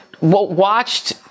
watched